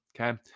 Okay